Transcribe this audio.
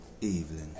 evening